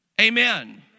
Amen